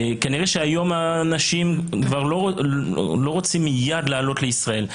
כנראה שהיום האנשים לא רוצים מיד לעלות לישראל,